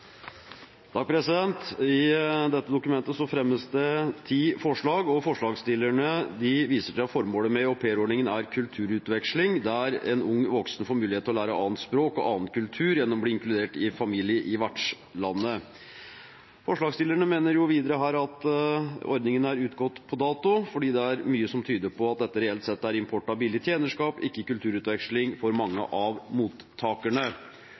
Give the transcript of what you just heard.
I dette dokumentet fremmes det ti forslag, og forslagsstillerne viser til at formålet med aupairordningen er kulturutveksling, der en ung voksen får mulighet til å lære et annet språk og en annen kultur gjennom å bli inkludert i en familie i vertslandet. Forslagsstillerne mener videre at ordningen er utgått på dato, fordi det er mye som tyder på at dette reelt sett er import av billig tjenerskap, ikke kulturutveksling, for mange av mottakerne.